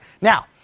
now